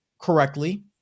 correctly